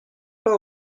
pas